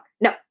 No